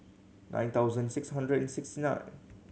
nine thousand six hundred and sixty nine